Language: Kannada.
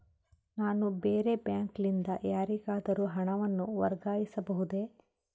ನಾನು ಬೇರೆ ಬ್ಯಾಂಕ್ ಲಿಂದ ಯಾರಿಗಾದರೂ ಹಣವನ್ನು ವರ್ಗಾಯಿಸಬಹುದೇ?